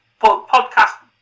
podcast